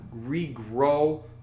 regrow